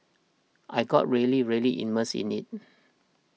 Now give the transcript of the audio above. I got really really immersed in it